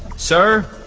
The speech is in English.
sir,